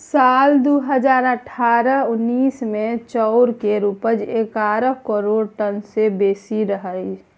साल दु हजार अठारह उन्नैस मे चाउर केर उपज एगारह करोड़ टन सँ सेहो बेसी रहइ